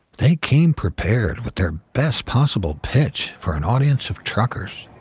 they came prepared with their best possible pitch for an audience of truckers.